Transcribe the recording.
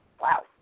wow